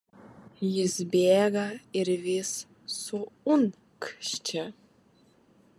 jis bėga ir vis suunkščia